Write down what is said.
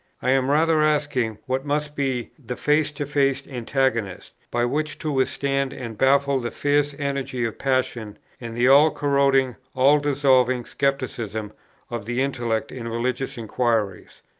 i am rather asking what must be the face-to-face antagonist, by which to withstand and baffle the fierce energy of passion and the all-corroding, all-dissolving scepticism of the intellect in religious inquiries?